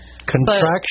Contraction